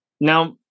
Now